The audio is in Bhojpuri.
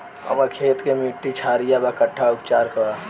हमर खेत के मिट्टी क्षारीय बा कट्ठा उपचार बा?